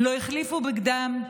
/ לא החליפו בגדם,